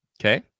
Okay